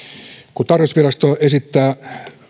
kun tarkastusvirasto esittää